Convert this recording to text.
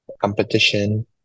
competition